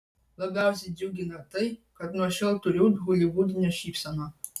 labiausiai džiugina tai kad nuo šiol turiu holivudinę šypseną